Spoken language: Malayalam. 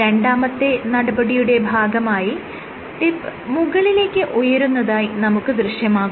രണ്ടാമത്തെ നടപടിയുടെ ഭാഗമായി ടിപ്പ് മുകളിലേക്ക് ഉയരുന്നതായി നമുക്ക് ദൃശ്യമാകുന്നു